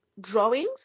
drawings